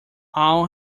all